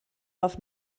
auf